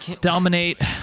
Dominate